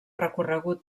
recorregut